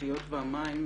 התשתיות והמים,